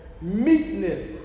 meekness